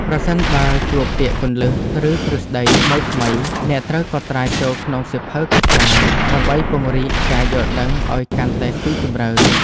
ប្រសិនបើជួបពាក្យគន្លឹះ ឬទ្រឹស្ដីថ្មីៗ អ្នកត្រូវកត់ត្រាចូលក្នុងសៀវភៅកត់ត្រា ដើម្បីពង្រីកការយល់ដឹងឱ្យកាន់តែស៊ីជម្រៅ។